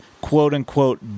quote-unquote